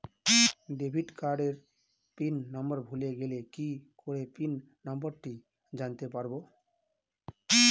Debit কার্ডের pin number ভুলে গেলে কি করে পিন নম্বরটি জানতে পারবো?